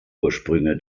ursprünge